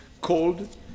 called